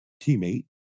teammate